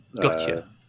Gotcha